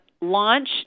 launch